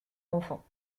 enfant